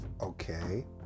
okay